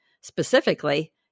Specifically